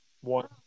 One